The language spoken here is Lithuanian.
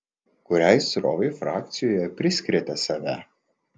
kuriai srovei frakcijoje priskiriate save